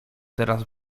teraz